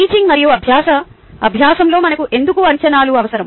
teaching మరియు అభ్యాస అభ్యాసంలో మనకు ఎందుకు అంచనాలు అవసరం